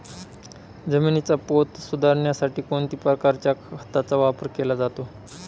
जमिनीचा पोत सुधारण्यासाठी कोणत्या प्रकारच्या खताचा वापर केला जातो?